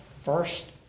first